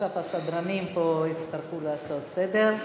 ועכשיו הסדרנים פה יצטרכו לעשות פה סדר.